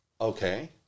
Okay